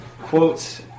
quotes